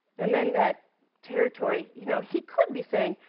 and then that territory, you know, he could be saying,